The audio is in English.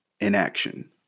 inaction